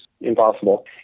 impossible